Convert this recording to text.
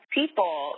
people